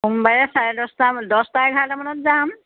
সোমবাৰে চাৰে দহটা দহটা এঘাৰটামানত যাম